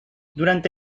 durante